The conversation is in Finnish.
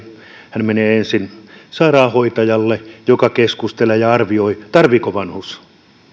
hän menee ensin sairaanhoitajalle joka keskustelee ja arvioi tarvitseeko vanhus